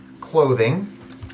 clothing